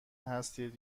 هستید